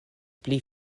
pli